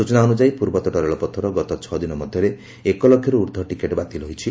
ସ୍ଟଚନା ଅନ୍ୟଯାୟୀ ପୂର୍ବତଟ ରେଳପଥର ଗତ ଛଅ ଦିନ ମଧ୍ଧରେ ଏକ ଲକ୍ଷରୁ ଊର୍କ୍କୃ ଟିକେଟ୍ ବାତିଲ ହୋଇଛି